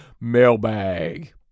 mailbag